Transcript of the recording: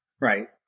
right